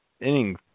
inning